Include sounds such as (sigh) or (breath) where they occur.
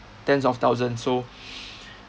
tens of thousand so (breath)